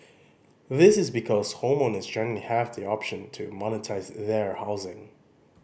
this is because homeowners generally have the option to monetise their housing